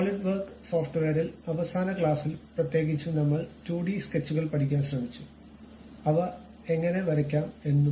solid work സോഫ്റ്റ്വെയറിൽ അവസാന ക്ലാസ്സിൽ പ്രത്യേകിച്ചും നമ്മൾ 2 ഡി സ്കെച്ചുകൾ പഠിക്കാൻ ശ്രമിച്ചു അവ എങ്ങനെ വരയ്ക്കാം എന്നും